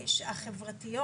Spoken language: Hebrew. ההשלכות החברתיות,